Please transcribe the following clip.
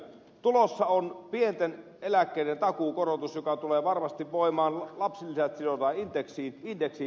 tulossa on pienten eläkkeiden takuukorotus joka tulee varmasti voimaan lapsilisät sidotaan indeksiin